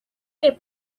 que